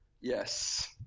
yes